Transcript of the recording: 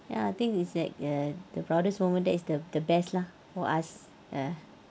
ya I think is like a the proudest moment that is the the best lah for us ah